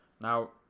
Now